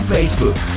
Facebook